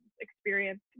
experience